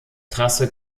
trasse